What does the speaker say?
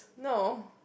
no